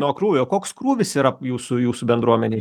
nuo krūvio koks krūvis yra jūsų jūsų bendruomenėj